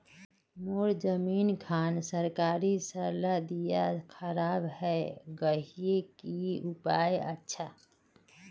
मोर जमीन खान सरकारी सरला दीया खराब है गहिये की उपाय अच्छा?